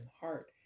heart